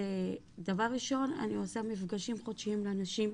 דבר ראשון אני עושה מפגשים חודשיים לאנשים.